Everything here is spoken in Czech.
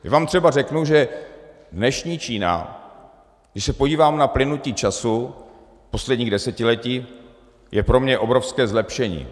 Já vám třeba řeknu, že dnešní Čína, když se podívám na plynutí času v posledních desetiletích, je pro mě obrovské zlepšení.